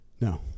No